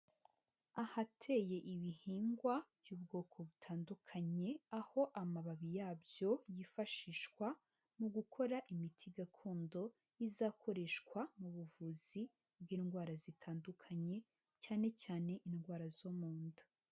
Ahateye ibihingwa by'ubwoko butandukanye, aho amababi yabyo yifashishwa mu gukora imiti gakondo izakoreshwa mu buvuzi bw'indwara zitandukanye, cyane cyane indwara zo mu nda.